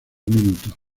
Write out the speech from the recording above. minutos